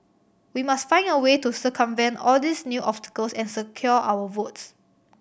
we must find a way to circumvent all these new obstacles and secure our votes